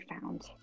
found